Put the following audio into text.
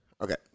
Okay